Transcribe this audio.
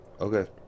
Okay